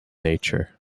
nature